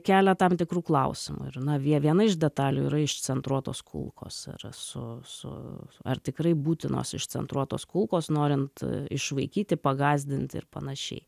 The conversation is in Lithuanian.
kelia tam tikrų klausimų ir na viena iš detalių yra išcentruotos kulkos ir su su ar tikrai būtinos išcentruotos kulkos norint išvaikyti pagąsdinti ir panašiai